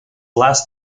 last